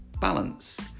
balance